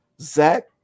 Zach